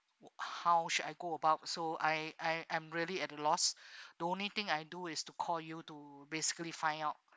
how should I go about so I I I'm really at lost the only thing I do is to call you to basically find out